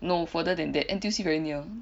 no further than that N_T_U_C very near